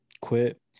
quit